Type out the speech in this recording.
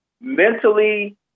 mentally